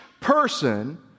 person